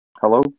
hello